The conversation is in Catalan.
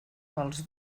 molts